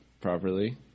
properly